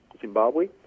Zimbabwe